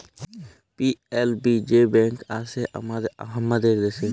PLB যে bank আসে হামাদের দ্যাশে